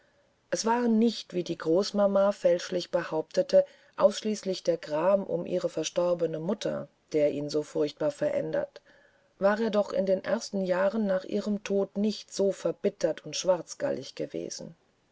es war nicht wie die großmama fälschlich behauptete ausschließlich der gram um ihre verstorbene mutter der ihn so furchtbar verändert war er doch in den ersten jahren nach ihrem tode nicht so verbittert und schwarzgallig gewesen